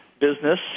business